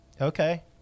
okay